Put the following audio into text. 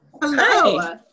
Hello